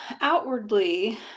outwardly